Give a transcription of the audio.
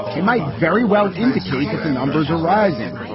they might very well indicate that the numbers are rising.